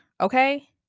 okay